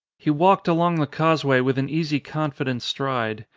he walked along the causeway with an easy confident stride.